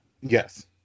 Yes